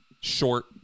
short